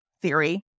theory